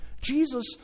Jesus